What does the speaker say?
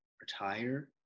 retire